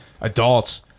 adults